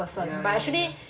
person but actually